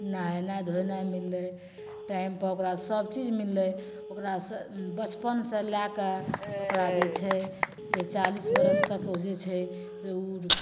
नहेनाइ धोएनाइ मिललै टाइमपर ओकरा सब चीज मिललै ओकरासँ बचपन से लै कऽ ओकरा जे छै से चालिस बरस तक ओकरा जे छै ओ